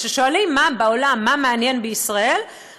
כששואלים בעולם מה מעניין בישראל,